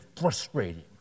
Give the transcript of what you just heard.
frustrating